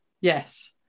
Yes